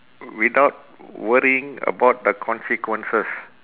without worrying about the consequences